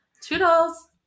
toodles